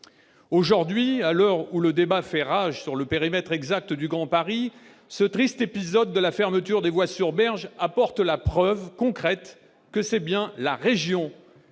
Aujourd'hui, à l'heure où le débat sur le périmètre exact du Grand Paris fait rage, ce triste épisode de la fermeture des voies sur berges apporte la preuve concrète que c'est bien la région